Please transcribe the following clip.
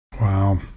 Wow